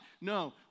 No